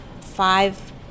five